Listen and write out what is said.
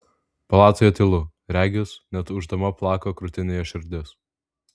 palatoje tylu regis net ūždama plaka krūtinėje širdis